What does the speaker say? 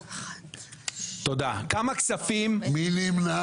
מי נמנע?